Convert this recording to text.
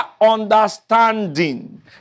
understanding